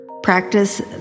Practice